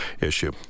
issue